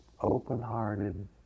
open-hearted